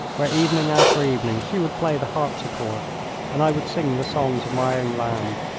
where evening after evening she would play the harpsichord and i would sing the songs of my own land.